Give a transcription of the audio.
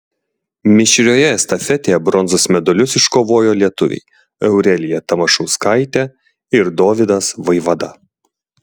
mišrioje estafetėje bronzos medalius iškovojo lietuviai aurelija tamašauskaitė ir dovydas vaivada